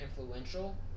influential